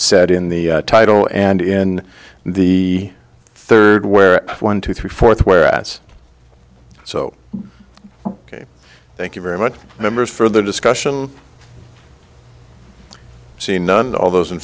said in the title and in the third where one two three fourth where s so ok thank you very much members further discussion see none and all those in